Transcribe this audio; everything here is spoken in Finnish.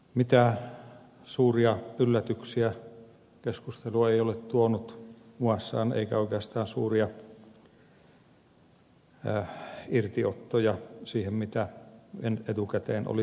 mitään suuria yllätyksiä keskustelu ei ole tuonut muassaan eikä oikeastaan suuria irtiottoja siitä mitä etukäteen oli tiedossa